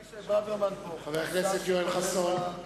טוב שאבישי ברוורמן פה, חבר הכנסת יואל חסון.